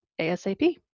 ASAP